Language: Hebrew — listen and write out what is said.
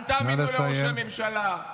אל תאמינו לראש הממשלה.